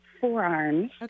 forearms